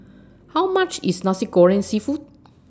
How much IS Nasi Goreng Seafood